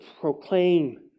proclaim